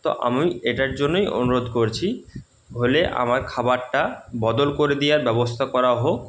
তো আমি এটার জন্যই অনুরোধ করছি হলে আমার খাবারটা বদল করে দেওয়ার ব্যবস্থা করা হোক